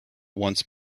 once